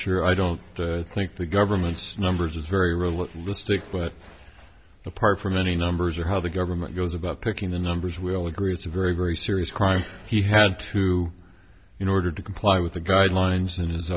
sure i don't think the government's numbers is very real with lipstick but apart from any numbers or how the government goes about picking the numbers will agree it's a very very serious crime he had through in order to comply with the guidelines and his